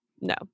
No